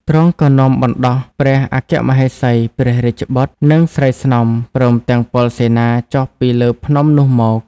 ទ្រង់ក៏នាំបណ្ដោះព្រះអគ្គមហេសី ព្រះរាជបុត្រ និងស្រីស្នំ ព្រមទាំងពលសេនាចុះពីលើភ្នំនោះមក